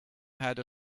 had